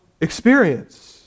experience